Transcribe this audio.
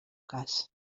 cas